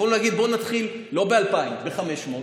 יכולנו להגיד: בואו נתחיל לא ב-2,000, ב-500,